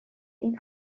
این